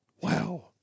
Wow